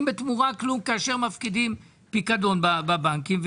בתמורה כלום כאשר מפקידים פקדון בבנקים.